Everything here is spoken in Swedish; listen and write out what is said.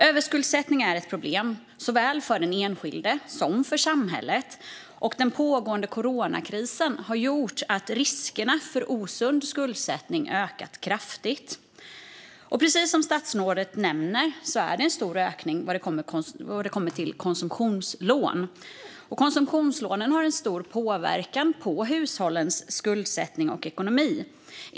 Överskuldsättning är ett problem såväl för den enskilde som för samhället, och den pågående coronakrisen har gjort att riskerna för osund skuldsättning har ökat kraftigt. Precis som statsrådet nämner är det en stor ökning vad gäller konsumtionslån. Konsumtionslånen har en stor påverkan på hushållens skuldsättning och ekonomi.